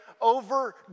over